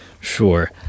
sure